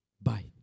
Bye